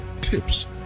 tips